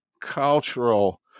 cultural